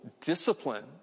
discipline